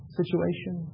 situation